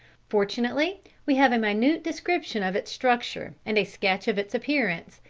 fortunately we have a minute description of its structure, and a sketch of its appearance,